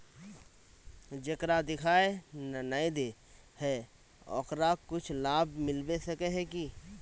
जेकरा दिखाय नय दे है ओकरा कुछ लाभ मिलबे सके है की?